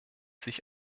sich